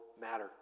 matter